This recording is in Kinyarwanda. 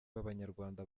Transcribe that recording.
b’abanyarwanda